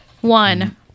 one